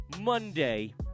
Monday